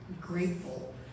grateful